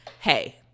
hey